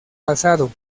pasado